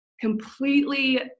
completely